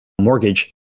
mortgage